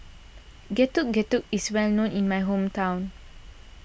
Getuk Getuk is well known in my hometown